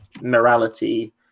morality